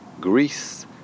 Greece